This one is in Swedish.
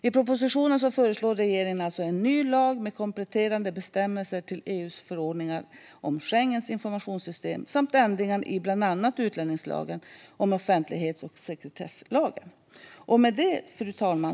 I propositionen föreslår regeringen alltså en ny lag med kompletterande bestämmelser till EU:s förordningar om Schengens informationssystem samt ändringar i bland annat utlänningslagen och offentlighets och sekretesslagen.